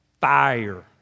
fire